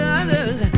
others